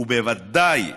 ובוודאי צודק.